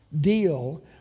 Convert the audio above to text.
deal